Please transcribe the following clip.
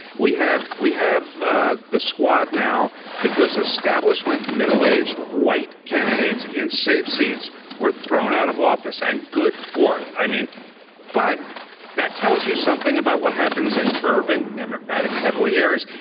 we have we have ah the squad now because established when middle aged white candidates in safe seats were thrown out of office and good for it. i mean but that tells you something about what happens in urban democratic heavily areas.